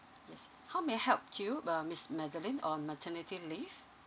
yes how may I help you uh miss madeline on maternity leave